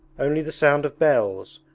only the sound of bells,